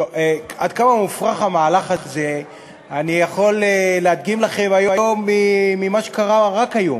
עד כמה מופרך המהלך הזה אני יכול להדגים לכם ממה שקרה רק היום: